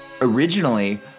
Originally